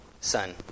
Son